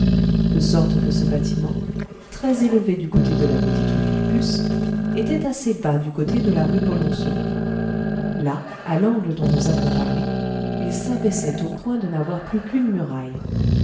de sorte que ce bâtiment très élevé du côté de la petite rue picpus était assez bas du côté de la rue polonceau là à l'angle dont nous avons parlé il s'abaissait au point de n'avoir plus qu'une muraille